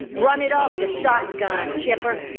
run it off the shotgun, chipper.